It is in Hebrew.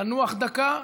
לנוח דקה,